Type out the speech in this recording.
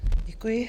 Děkuji.